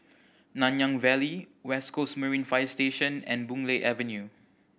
Nanyang Valley West Coast Marine Fire Station and Boon Lay Avenue